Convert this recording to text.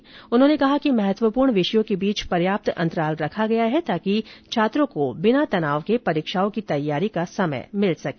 शिक्षा मंत्री ने कहा कि महत्वपूर्ण विषयों के बीच पर्याप्त अंतराल रखा गया है ताकि छात्रों को बिना तनाव के परीक्षाओं की तैयारी का समय मिल सके